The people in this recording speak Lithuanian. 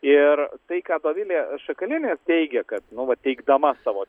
ir tai ką dovilė šakalienė teigia kad nu va teikdama savo